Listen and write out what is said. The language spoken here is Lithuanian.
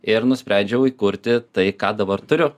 ir nusprendžiau įkurti tai ką dabar turiu